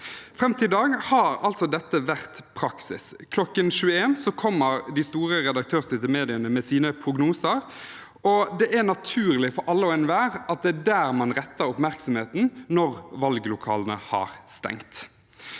Fram til i dag har dette vært praksis. Klokken 21 kommer de store redaktørstyrte mediene med sine prognoser, og det er naturlig for alle og enhver at det er der man retter oppmerksomheten når valglokalene har stengt.